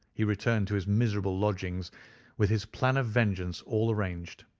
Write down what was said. he returned to his miserable lodgings with his plan of vengeance all arranged.